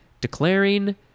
Declaring